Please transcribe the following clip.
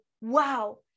wow